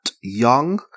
Young